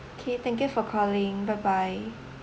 okay thank you for calling bye bye